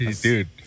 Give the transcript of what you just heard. dude